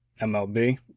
MLB